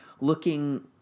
looking